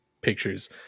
pictures